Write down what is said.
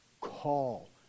call